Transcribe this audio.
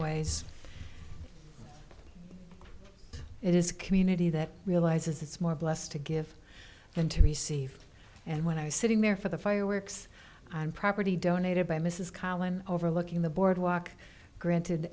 ways it is community that realizes it's more blessed to give than to receive and when i was sitting there for the fireworks on property donated by mrs collins overlooking the boardwalk granted